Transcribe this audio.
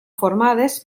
formades